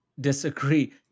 Disagree